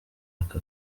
aka